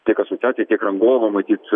tiek asocijacija tiek rangovo matyt